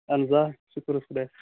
اہن حظ آ شُکُر حظ خۄدایس کُن